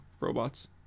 robots